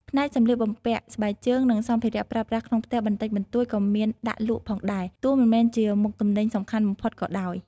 ផ្នែកសម្លៀកបំពាក់ ស្បែកជើង និងសម្ភារៈប្រើប្រាស់ក្នុងផ្ទះបន្តិចបន្តួចក៏មានដាក់លក់ផងដែរ ទោះមិនមែនជាមុខទំនិញសំខាន់បំផុតក៏ដោយ។